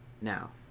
now